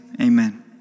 amen